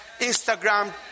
Instagram